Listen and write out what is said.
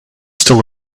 still